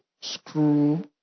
screw